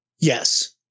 Yes